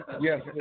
Yes